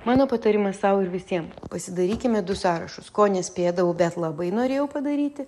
mano patarimas sau ir visiems pasidarykime du sąrašus ko nespėdavau bet labai norėjau padaryti